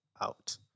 out